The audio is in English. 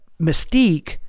mystique